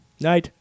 Night